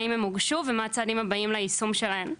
האם הן הוגשו ומה הצעדים הבאים ליישום שלהן?